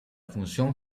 función